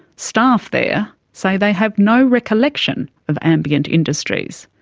staff there say they have no recollection of ambient industries.